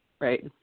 Right